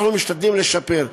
אנחנו משתדלים לשפר.